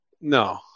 No